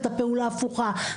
את הפעולה ההפוכה.